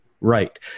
Right